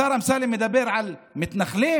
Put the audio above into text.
השר אמסלם מדבר על מתנחלים?